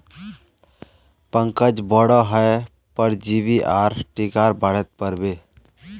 पंकज बोडो हय परजीवी आर टीकार बारेत पढ़ बे